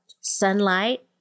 sunlight